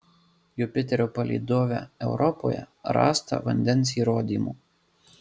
jupiterio palydove europoje rasta vandens įrodymų